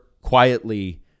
quietly